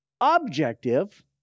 objective